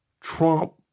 Trump